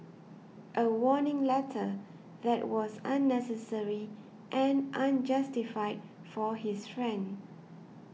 a warning letter that was unnecessary and unjustified for his friend